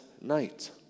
Night